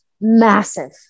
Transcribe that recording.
massive